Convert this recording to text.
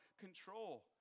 control